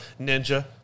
Ninja